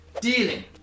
Dealing